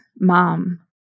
Mom